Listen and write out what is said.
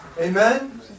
Amen